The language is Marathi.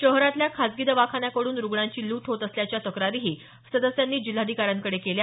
शहरातल्या खासगी दवाखान्याकडून रुग्णांची लूट होत असल्याच्या तक्रारीही सदस्यांनी जिल्हाधिकाऱ्यांकडे केल्या